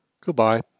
Good-bye